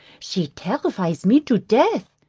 she terrifies me to death.